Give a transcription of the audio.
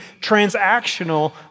transactional